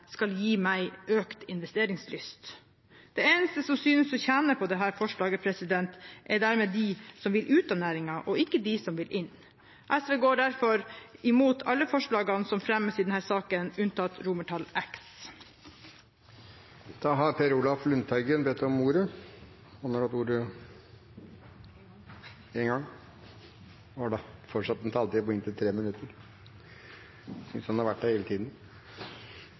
skal gi meg økt investeringslyst. Den eneste som synes å tjene på dette forslaget, er dermed de som vil ut av næringen – ikke de som vil inn. SV går derfor imot alle forslagene som fremmes i denne saken, unntatt komiteens innstilling til X. Priskontrollen har også vært oppe i kontrollkomiteen. Den 12. juni 2014 ble det avgitt innstilling, og der var alle partier unntatt Høyre og Fremskrittspartiet med på